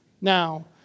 Now